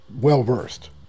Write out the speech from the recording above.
well-versed